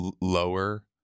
lower